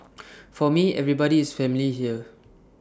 for me everybody is family here